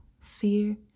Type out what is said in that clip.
fear